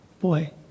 boy